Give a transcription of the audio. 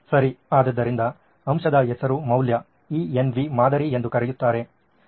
ಸರಿ ಆದ್ದರಿಂದ ಅಂಶದ ಹೆಸರು ಮೌಲ್ಯ ENV ಮಾದರಿ ಎಂದೂ ಕರೆಯುತ್ತಾರೆ